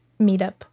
meetup